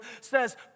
says